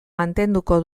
mantenduko